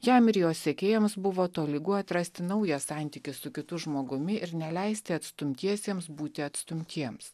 jam ir jo sekėjams buvo tolygu atrasti naują santykį su kitu žmogumi ir neleisti atstumtiesiems būti atstumtiems